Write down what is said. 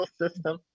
system